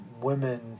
women